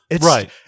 Right